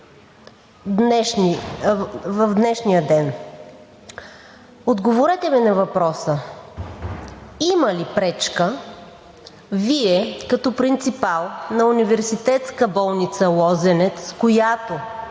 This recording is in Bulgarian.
в днешния ден. Отговорете ми на въпроса: има ли пречка Вие като принципал на Университетска болница „Лозенец“, която